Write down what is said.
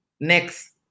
next